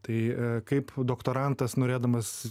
tai kaip doktorantas norėdamas